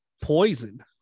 poison